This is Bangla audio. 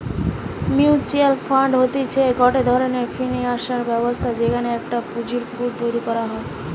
মিউচুয়াল ফান্ড হতিছে গটে ধরণের ফিনান্সিয়াল ব্যবস্থা যেখানে একটা পুঁজির পুল তৈরী করা হয়